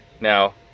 Now